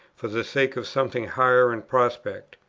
for the sake of something higher in prospect.